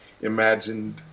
imagined